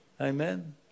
Amen